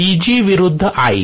Eg विरूद्ध Ia